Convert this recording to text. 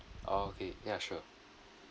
okay ya sure